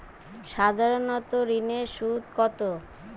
সাধারণ ঋণের সুদ কত?